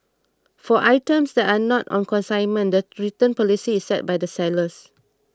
for items that are not on consignment the return policy is set by the sellers